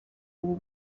ubu